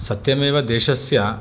सत्यमेव देशस्य